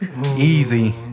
Easy